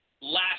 last